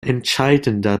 entscheidender